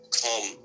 come